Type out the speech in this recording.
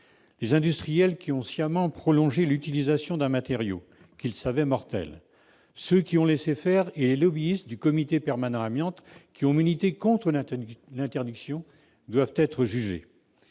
Les industriels qui ont sciemment prolongé l'utilisation d'un matériau qu'ils savaient mortel, ceux qui ont laissé faire et les lobbyistes du comité permanent amiante, qui ont milité contre l'interdiction, doivent être jugés.